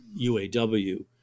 UAW